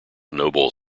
noble